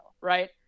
right